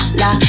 la